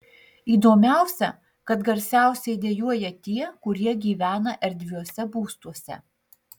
įdomiausia kad garsiausiai dejuoja tie kurie gyvena erdviuose būstuose